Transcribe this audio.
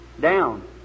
down